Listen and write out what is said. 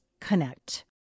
connect